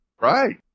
Right